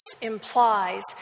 implies